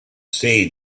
see